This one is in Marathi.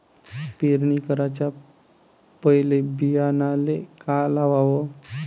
पेरणी कराच्या पयले बियान्याले का लावाव?